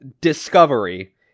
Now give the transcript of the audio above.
discovery